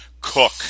cook